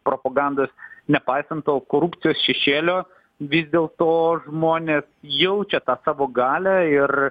propagandos nepaisant to korupcijos šešėlio vis dėlto žmonės jaučia tą savo galią ir